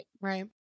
Right